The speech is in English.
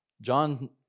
John